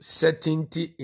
certainty